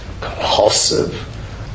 compulsive